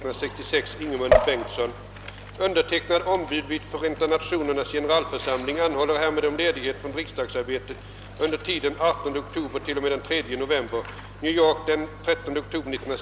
Undertecknad, ombud vid Förenta Nationernas generalförsamling, anhåller härmed om ledighet från riksdagsarbetet under tiden 18 oktober t.o.m. 3 november.